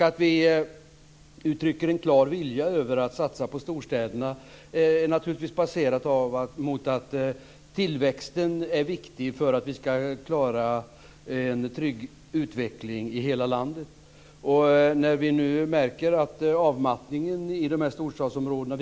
Att vi uttrycker en klar vilja att satsa på storstäderna baserar sig naturligtvis på att tillväxten är viktig för att vi ska klara en trygg utveckling i hela landet. Vi märker nu en avmattning i storstadsområdena.